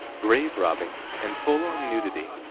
grave robbing and full-on nudity,